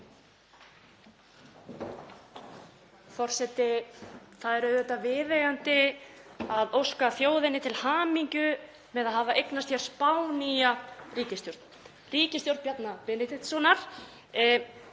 forseti. Það eru auðvitað viðeigandi að óska þjóðinni til hamingju með að hafa eignast spánnýja ríkisstjórn, ríkisstjórn Bjarna Benediktssonar.